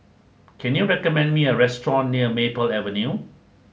can you recommend me a restaurant near Maple Avenue